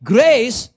Grace